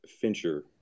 Fincher